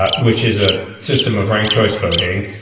ah which is a system of rank choice voting.